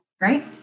Right